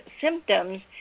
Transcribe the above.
symptoms